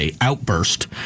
outburst